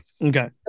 Okay